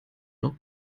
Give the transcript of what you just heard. noch